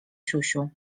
siusiu